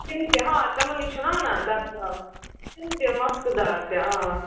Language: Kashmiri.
تِم تہِ ہاں تِمنٕے چھِنَہ وَان دبکا تِم تہِ مۄختہٕ دار تہِ